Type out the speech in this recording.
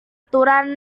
aturan